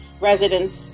residents